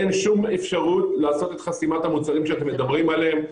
אין שום אפשרות לעשות את חסימת המוצרים שאתם מדברים עליהם,